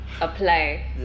apply